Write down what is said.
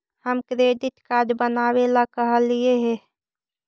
हम credit card बनावे ला कहलिऐ हे?